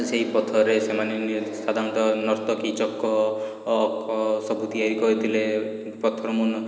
ସେହି ପଥରରେ ସେମାନେ ନି ସାଧାରଣତଃ ନର୍ତ୍ତକୀ ଚକ ଅଖ ସବୁ ତିଆରି କରିଥିଲେ ପଥର ମୁନ